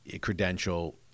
credential